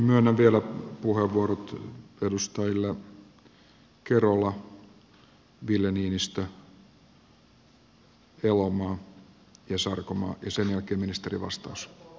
myönnän vielä puheenvuorot edustajille kerola ville niinistö elomaa ja sarkomaa ja sen jälkeen ministerin vastaus